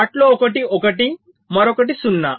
వాటిలో ఒకటి 1 మరొకటి 0